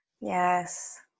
Yes